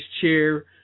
chair